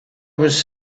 was